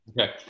Okay